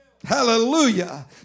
Hallelujah